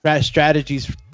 strategies